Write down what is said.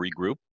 regroup